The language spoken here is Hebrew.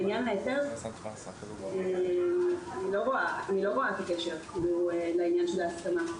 לעניין ההיתר אני לא רואה את הקשר לעניין ההסכמה.